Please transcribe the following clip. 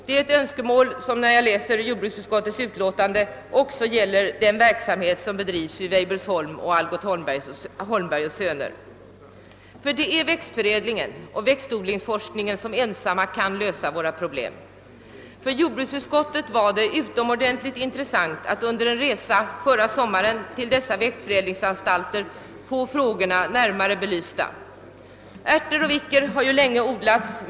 Detta önskemål gäller också verksamheten vid Weibullsholm och Algot Holmberg och Söner. Det är endast växtförädlingen och växtodlingsforskningen som ensamma kan lösa dessa problem. För jordbruksutskottet var det utomordentligt intressant att under en resa förra sommaren till dessa växtförädlingsanstalter få dessa frågor närmare belysta. Ärter och vicker har länge odlats.